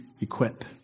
equip